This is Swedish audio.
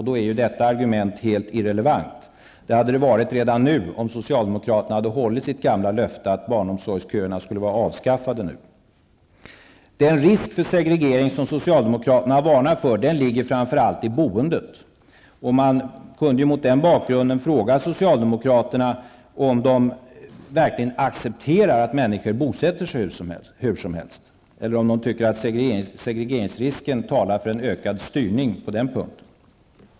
Då är detta argument helt irrelevant. Det skulle ha varit det redan nu om socialdemokraterna hade hållit sitt gamla löfte att barnomsorgsköerna nu skulle vara avskaffade. Den risk till segregering som socialdemokraterna har varnat för ligger framför allt i boendet. Man kunde mot den bakgrunden fråga socialdemokraterna om de verkligen accepterar att människor bosätter sig hur som helst, eller om de tycker att segregeringsrisken talar för en ökad styrning på det området.